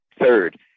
Third